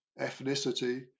ethnicity